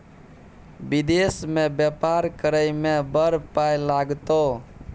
विदेश मे बेपार करय मे बड़ पाय लागतौ